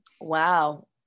Wow